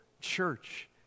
church